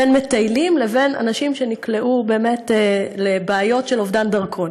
אם מטיילים ואם אנשים שנקלעו באמת לבעיות של אובדן דרכון.